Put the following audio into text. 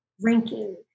drinking